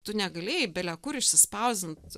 tu negalėjai bele kur išsispausdint